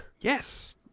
Yes